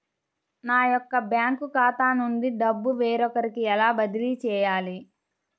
నా యొక్క బ్యాంకు ఖాతా నుండి డబ్బు వేరొకరికి ఎలా బదిలీ చేయాలి?